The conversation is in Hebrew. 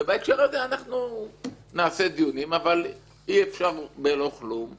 ובהקשר הזה אנחנו נעשה דיונים אבל אי אפשר בלא כלום ולכן,